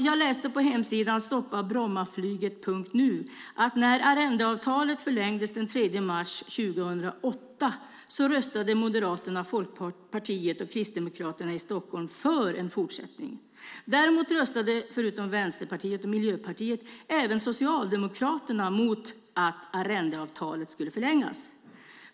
Jag läste på hemsidan stoppabrommaflyget.nu att när arrendeavtalet förlängdes den 3 mars 2008 röstade Moderaterna, Folkpartiet och Kristdemokraterna i Stockholm för en fortsättning. Däremot röstade förutom Vänsterpartiet och Miljöpartiet även Socialdemokraterna mot att arrendeavtalet skulle förlängas.